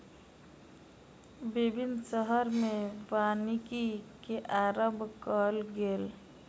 विभिन्न शहर में वानिकी के आरम्भ कयल गेल